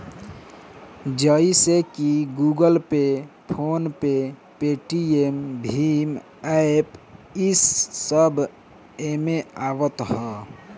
जइसे की Google Pay, PhonePe, Paytm भीम एप्प इस सब एमे आवत हवे